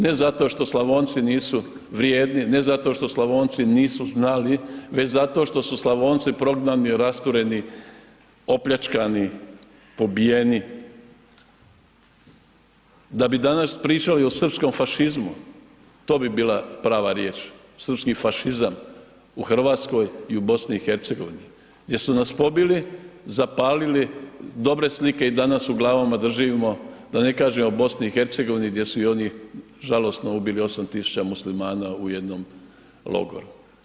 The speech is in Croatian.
Ne zato što Slavonci nisu vrijedni, ne zato što Slavonci nisu znali već zato što su Slavonci prognani, rastureni, opljačkani, pobijeni, da bi danas pričali o srpskom fašizmu, to bi bila prava riječ, srpski fašizam u Hrvatskoj i u BiH gdje su nas pobili, zapalili, dobre slike i danas u glavama držimo da ne kažem o BiH gdje su i oni žalosno ubili 8 tisuća Muslimana u jednom logoru.